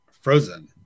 frozen